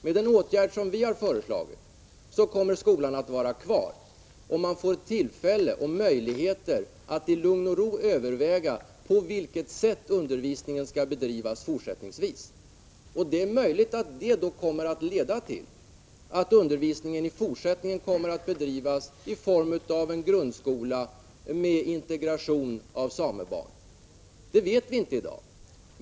Med den åtgärd vi har föreslagit kommer skolan att vara kvar och man får tillfälle och möjlighet att i lugn och ro överväga på vilket sätt undervisningen fortsättningsvis skall bedrivas. Det är möjligt att det leder till att undervisningen i fortsättningen kommer att bedrivas i form av en grundskola med integration av samebarn — det vet vi inte i dag.